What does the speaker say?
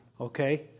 Okay